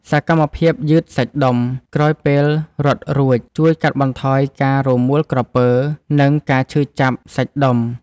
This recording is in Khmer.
សកម្មភាពយឺតសាច់ដុំ ក្រោយពេលរត់រួច ជួយកាត់បន្ថយការរមួលក្រពើ និងការឈឺចាប់សាច់ដុំ។